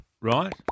Right